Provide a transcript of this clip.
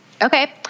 Okay